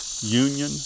union